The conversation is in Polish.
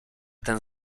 ten